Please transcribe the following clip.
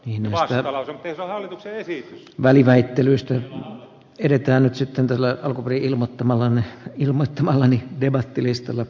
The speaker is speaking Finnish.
inha sanoo että ensin vaaliväittelystä edetään nyt sitten täällä on kuvilmattomalla lähti ilmoittamalla vikkelästi höpötetään